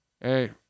hey